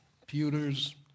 computers